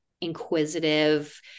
inquisitive